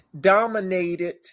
dominated